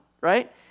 right